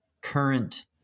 current